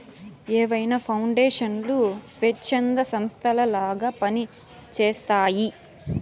ఏవైనా పౌండేషన్లు స్వచ్ఛంద సంస్థలలాగా పని చేస్తయ్యి